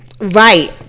Right